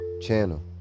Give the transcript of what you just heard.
channel